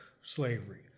slavery